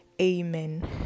amen